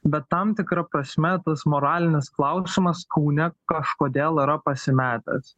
bet tam tikra prasme tas moralinis klausimas kaune kažkodėl yra pasimetęs